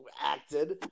acted